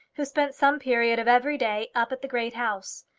who spent some period of every day up at the great house.